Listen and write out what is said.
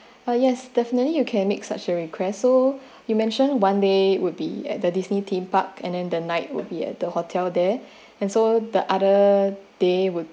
ah yes definitely you can make such a request so you mention one day would be at the Disney theme park and then the night will be at the hotel there and so the other day would